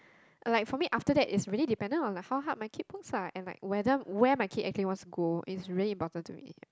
like for me after that it's really dependent on like how hard my kids works lah and like whether where my kid wants to go is really important to me